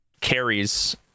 carries